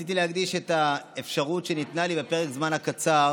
רציתי להקדיש את האפשרות שניתנה לי בפרק הזמן הקצר